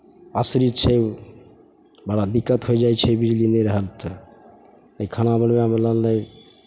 आश्रित छै बड़ा दिक्कत होइ जाइ छै बिजली नहि रहल तऽ नहि खाना बनबयमे लगलै